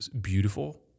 beautiful